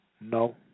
No